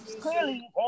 clearly